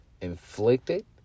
inflicted